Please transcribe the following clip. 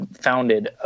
founded